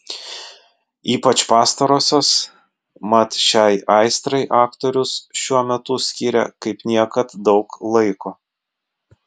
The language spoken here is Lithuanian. ypač pastarosios mat šiai aistrai aktorius šiuo metu skiria kaip niekad daug laiko